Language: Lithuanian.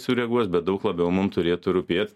sureaguos bet daug labiau mum turėtų rūpėt